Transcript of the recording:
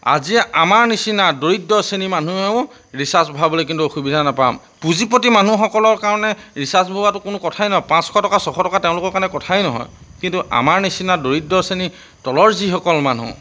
আজি আমাৰ নিচিনা দৰিদ্ৰ শ্ৰেণীৰ মানুহেও ৰিচাৰ্জ ভৰাবলৈ কিন্তু অসুবিধা নাপাম পুঁজিপতি মানুহসকলৰ কাৰণে ৰিচাৰ্জ ভৰোৱাটো কোনো কথাই নহয় পাঁচশ টকা ছশ টকা তেওঁলোকৰ কাৰণে কথাই নহয় কিন্তু আমাৰ নিচিনা দৰিদ্ৰ শ্ৰেণী তলৰ যিসকল মানুহ